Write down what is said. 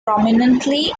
prominently